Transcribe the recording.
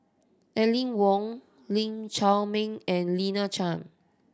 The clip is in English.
Aline Wong Lee Chiaw Meng and Lina Chiam